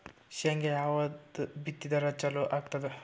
ಶೇಂಗಾ ಯಾವದ್ ಬಿತ್ತಿದರ ಚಲೋ ಆಗತದ?